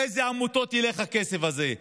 לאיזה עמותות ילך הכסף הזה?